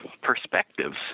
perspectives